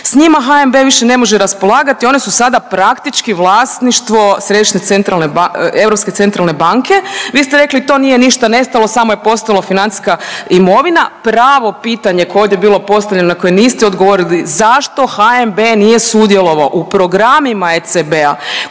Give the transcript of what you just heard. S njima HNB više ne može raspolagati one su sada praktički vlasništvo Europske centralne banke. Vi ste rekli to nije ništa nestalo samo je postalo financijska imovina, pravo pitanje koje je ovdje bilo postavljeno na koje niste odgovorili, zašto HNB nije sudjelovao u programima ECB-a